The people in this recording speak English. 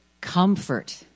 Comfort